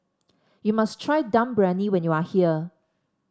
you must try Dum Briyani when you are here